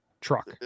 truck